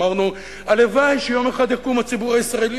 אמרנו: הלוואי שיום אחד יקום הציבור הישראלי